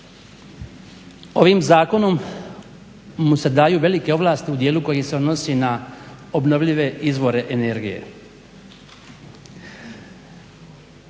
ovim zakonom mu se daju velike ovlasti u dijelu koji se odnosi na obnovljive izvore energije.